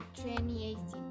2018